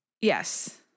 Yes